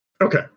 Okay